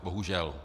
Bohužel.